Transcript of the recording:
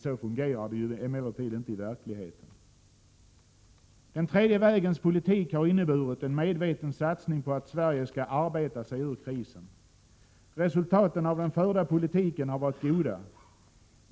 Så fungerar det emellertid inte i verkligheten. Den tredje vägens politik har inneburit en medveten satsning på att Sverige skall arbeta sig ur krisen. Resultaten av den förda politiken har varit goda.